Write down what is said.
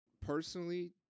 personally